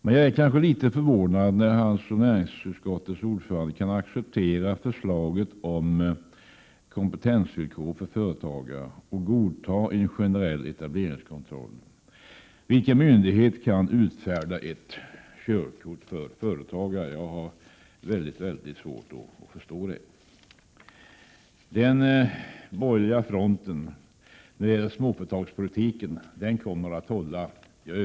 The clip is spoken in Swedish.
Jag blir emellertid litet förvånad när han som näringsutskottets ordförande kan acceptera förslaget om kompetensvillkor för företagare och godta en generell etableringskontroll. Vilken myndighet kan utfärda ett körkort för företagare? Jag har mycket svårt att förstå det. Jag är säker på att den borgerliga fronten när det gäller småföretagspolitiken kommer att hålla.